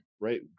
right